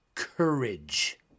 courage